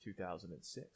2006